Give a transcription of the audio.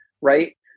right